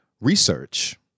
research